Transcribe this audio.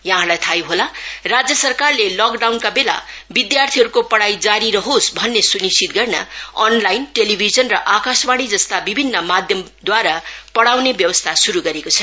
यहाँहरूलाई थाहै होला राज्य सरकारले लकडाउन का बेला विद्यार्थीहरूको पढाई जारीरहोस भन्ने सुनिश्चित गर्न अनलाइन टेलीभिजन र आकाशवाणी जस्ता विभिन्न माधयम द्वारा पढाउने व्यवस्था शुरु गरेको छ